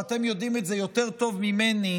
ואתם יודעים את זה יותר טוב ממני,